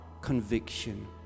conviction